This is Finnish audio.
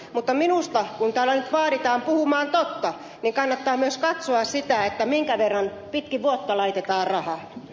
mutta minusta kun täällä nyt vaaditaan puhumaan totta niin kannattaa myös katsoa sitä minkä verran pitkin vuotta laitetaan rahaa